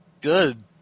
Good